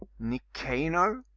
nicanor?